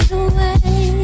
away